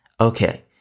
Okay